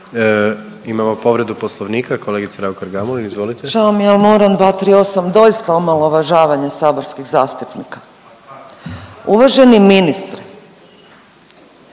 Imamo povredu Poslovnika kolegica Raukar-Gamulin. **Raukar-Gamulin, Urša (Možemo!)** Žao mi je ali moram 238. Doista omalovažavanje saborskih zastupnika. Uvaženi ministre,